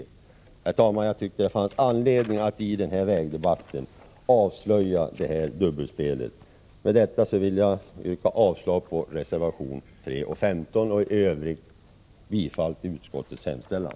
Jag tyckte, herr talman, att det fanns anledning att i den här vägdebatten avslöja detta dubbelspel. Herr talman! Med det sagda vill jag yrka avslag på reservationerna 3 och 15 och i övrigt bifall till utskottets hemställan.